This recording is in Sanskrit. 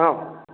आम्